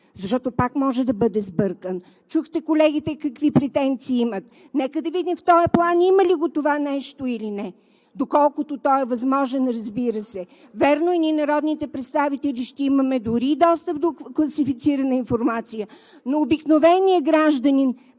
защото пак може да бъде сбъркан. Чухте колегите какви претенции имат, нека да видим в плана има ли го това нещо или не, доколкото той е възможен, разбира се. Вярно е, ние народните представители ще имаме дори и достъп до класифицирана информация, но обикновеният гражданин,